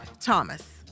Thomas